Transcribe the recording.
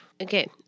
Okay